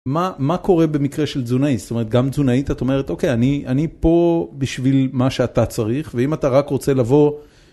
מה קורה במקרה של תזונאית? זאת אומרת, גם תזונאית, את אומרת, אוקיי, אני פה בשביל מה שאתה צריך, ואם אתה רק רוצה לבוא...